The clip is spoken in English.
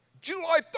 July